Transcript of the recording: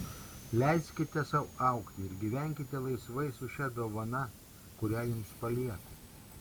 leiskite sau augti ir gyvenkite laisvai su šia dovana kurią jums palieku